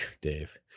Dave